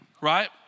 Right